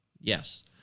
Yes